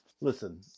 Listen